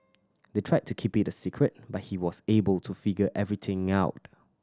they tried to keep it a secret but he was able to figure everything out